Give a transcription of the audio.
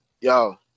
yo